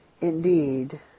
indeed